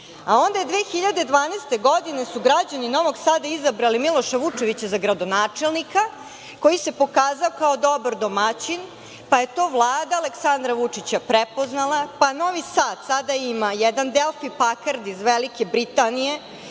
Onda 2012. godine su građani Novog Sada izabrali Miloša Vučovića za gradonačelnika koji se pokazao kao dobar domaćin, pa je to Vlada Aleksandra Vučića prepoznala. Pa, Novi Sad ima jedan „Delfi Pakard“ iz Velike Britanije,